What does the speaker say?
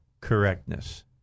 correctness